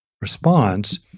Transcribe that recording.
response